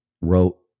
wrote